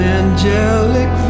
angelic